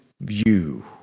view